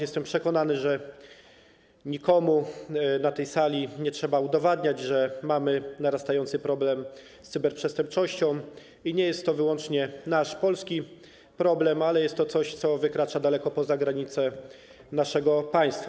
Jestem przekonany, że nikomu na tej sali nie trzeba udowadniać, że pojawił się narastający problem związany z cyberprzestępczością i że nie jest to wyłącznie nasz, polski problem, ale jest to coś, co wykracza daleko poza granice naszego państwa.